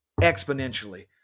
exponentially